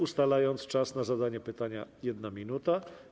Ustalam czas na zadanie pytania - 1 minuta.